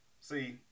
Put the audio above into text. See